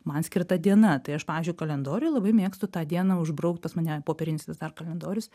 man skirta diena tai aš pavyzdžiui kalendoriuj labai mėgstu tą dieną užbraukt pas mane popierinis vis dar kalendorius